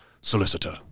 Solicitor